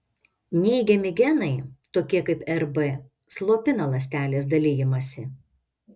neigiami genai tokie kaip rb slopina ląstelės dalijimąsi